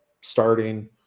starting